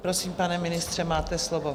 Prosím, pane ministře, máte slovo.